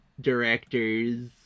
directors